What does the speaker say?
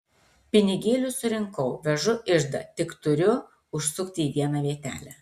pinigėlius surinkau vežu iždą tik turiu užsukti į vieną vietelę